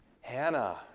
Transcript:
Hannah